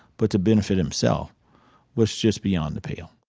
but to benefit himself was just beyond the pale.